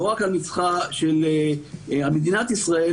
לא רק על מצחה של מדינת ישראל,